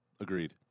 agreed